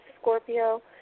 Scorpio